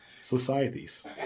societies